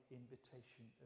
invitation